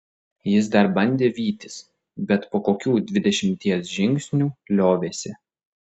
jis dar bandė vytis bet po kokių dvidešimties žingsnių liovėsi